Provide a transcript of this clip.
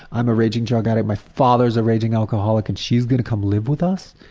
i'm a raging drug addict, my father's a raging alcoholic, and she's gonna come live with us?